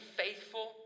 faithful